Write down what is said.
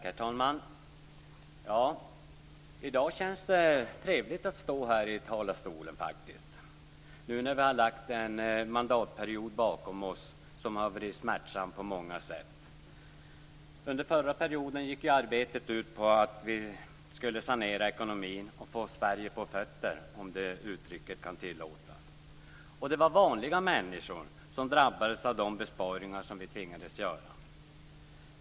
Herr talman! I dag känns det trevligt att stå här i talarstolen. Vi har nu lagt en mandatperiod bakom oss som har varit smärtsam på många sätt. Under förra perioden gick arbetet ut på att sanera ekonomin och få Sverige på fötter, om uttrycket tillåts. Det var vanliga människor som drabbades av de besparingar vi tvingades att göra.